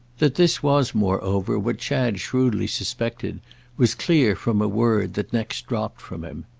that this was moreover what chad shrewdly suspected was clear from a word that next dropped from him.